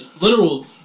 literal